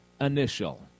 initial